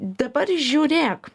dabar žiūrėk